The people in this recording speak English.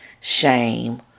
shame